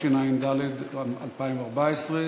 התשע"ד 2014,